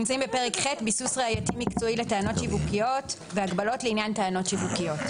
ביסוס ראייתי מקצועי לטענות שיווקיות והגבלות לעניין טענות שיווקיות,